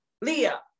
Leah